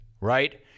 Right